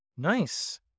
Nice